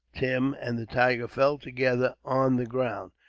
tim and the tiger fell together on the ground.